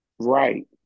Right